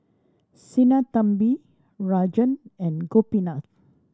Sinnathamby Rajan and Gopinath